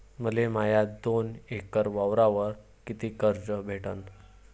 मले माया दोन एकर वावरावर कितीक कर्ज भेटन?